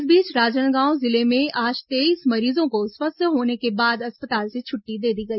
इस बीच राजनांदगांव जिले में आज तेईस मरीजों को स्वस्थ होने के बाद अस्पताल से छुट्टी दे दी गई